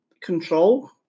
Control